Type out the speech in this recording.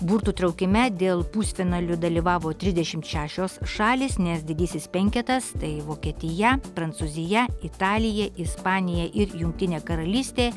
burtų traukime dėl pusfinalių dalyvavo trisdešimt šešios šalys nes didysis penketas tai vokietija prancūzija italija ispanija ir jungtinė karalystė